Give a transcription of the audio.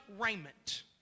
raiment